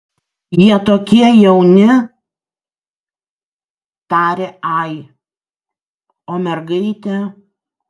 jie tokie jauni tarė ai o mergaitė